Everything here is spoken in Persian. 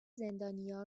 زندانیا